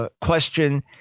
Question